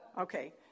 okay